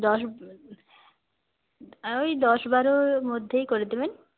দশ ওই দশ বারো মধ্য়েই করে দেবেন